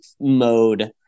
mode